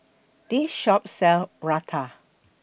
This Shop sell Raita